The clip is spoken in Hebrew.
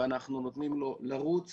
ואנחנו נותנים לו לרוץ